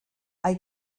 hay